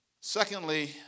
Secondly